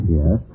yes